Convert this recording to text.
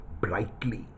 brightly